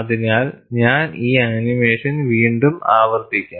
അതിനാൽ ഞാൻ ഈ ആനിമേഷൻ വീണ്ടും ആവർത്തിക്കാം